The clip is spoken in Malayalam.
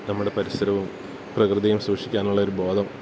നമ്മുടെ പരിസരവും പ്രകൃതിയും സൂക്ഷിക്കാനുള്ളൊരു ബോധം